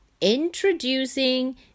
Introducing